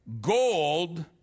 gold